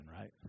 right